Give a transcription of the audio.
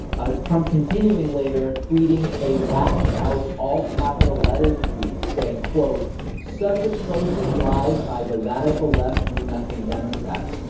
a trump continuing later tweeting a whacked out all capital letters, tweets, saying, quote such atrocious lies by the radical left do nothing. democrats.